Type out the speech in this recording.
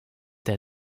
der